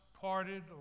parted